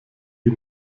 die